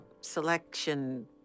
selection